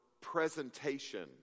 presentation